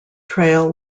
trail